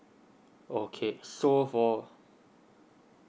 okay so for